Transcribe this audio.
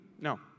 no